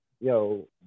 yo